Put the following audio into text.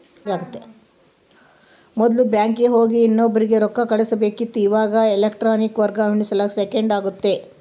ಮೊದ್ಲು ಬ್ಯಾಂಕಿಗೆ ಹೋಗಿ ಇನ್ನೊಬ್ರಿಗೆ ರೊಕ್ಕ ಕಳುಸ್ಬೇಕಿತ್ತು, ಇವಾಗ ಎಲೆಕ್ಟ್ರಾನಿಕ್ ವರ್ಗಾವಣೆಲಾಸಿ ಸೆಕೆಂಡ್ನಾಗ ಆಗ್ತತೆ